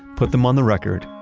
put them on the record,